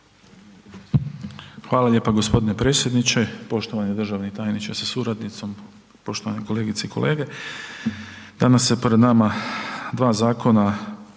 Hvala lijepa gospodine predsjedniče, poštovani državni tajniče sa suradnicom, poštovane kolegice i kolege, danas su pred nama dva zakona